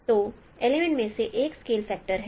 तो एलिमेंट में से एक एक स्केल फैक्टर है